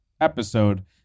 episode